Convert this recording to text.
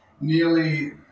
nearly